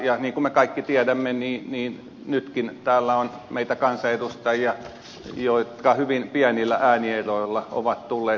ja niin kuin me kaikki tiedämme nytkin täällä meitä kansanedustajia on sellaisia jotka hyvin pienillä äänieroilla ovat tulleet valituksi